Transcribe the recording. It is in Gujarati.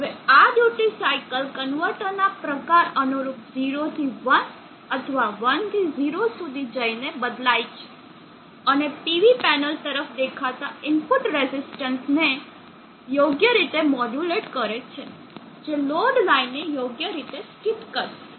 હવે આ ડ્યુટી સાઇકલ કન્વર્ટર ના પ્રકાર અનુરૂપ 0 થી 1 અથવા 1 થી 0 સુધી જઈને બદલાય છે અને PV પેનલ તરફ દેખાતા ઇનપુટ રેઝિસ્ટન્સને ને યોગ્ય રીતે મોડ્યુલેટ કરે છે જે લોડ લાઇનને યોગ્ય રીતે સ્થિત કરશે